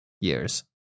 years